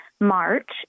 March